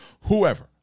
whoever